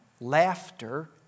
Laughter